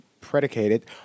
predicated